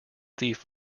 thief